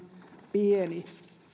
pieni